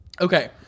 Okay